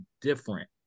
different